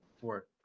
four